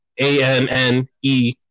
A-N-N-E